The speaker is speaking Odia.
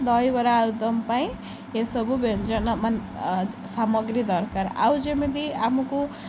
ଦହିବରା ଆଳୁଦମ୍ ପାଇଁ ଏସବୁ ବ୍ୟଞ୍ଜନ ସାମଗ୍ରୀ ଦରକାର ଆଉ ଯେମିତି ଆମକୁ